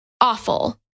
awful